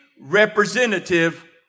representative